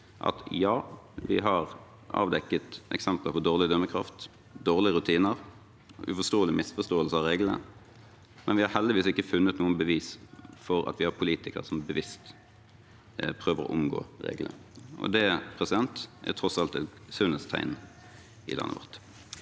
at ja, vi har avdekket eksempler på dårlig dømmekraft, dårlige rutiner og uforståelige misforståelser av reglene, men vi har heldigvis ikke funnet noen bevis for at vi har politikere som bevisst prøver å omgå reglene. Det er tross alt et sunnhetstegn i landet vårt.